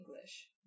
English